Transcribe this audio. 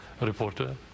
reporter